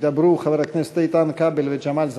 ידברו חברי הכנסת איתן כבל וג'מאל זחאלקה.